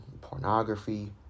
pornography